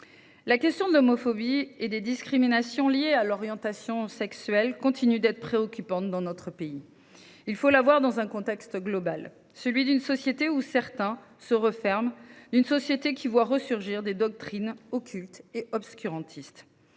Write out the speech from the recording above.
La question de l’homophobie et des discriminations liées à l’orientation sexuelle continue d’être préoccupante dans notre pays. Il faut l’appréhender dans un contexte global, celui d’une société où certains se referment, d’une société qui voit ressurgir des doctrines occultes et obscurantistes.